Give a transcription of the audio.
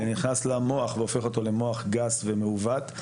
אלא נכנס למוח והופך אותו למוח גס ומעוות,